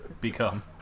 Become